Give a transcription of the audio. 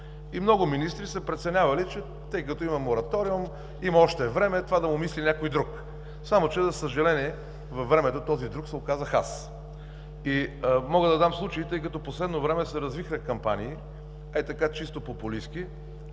Много министри са преценявали, че тъй като има мораториум, има още време, това да му мисли някой друг. Само че, за съжаление, във времето този друг се оказах аз. я Мога да дам случаи, тъй като в последно време се развихрят кампании, ей така, чисто популистки,